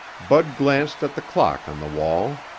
bud glanced at the clock on the wall.